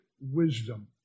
wisdom